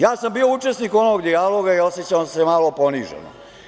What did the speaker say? Ja sam bio učesnik onog dijaloga i osećam se malo poniženo.